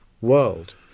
world